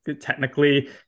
technically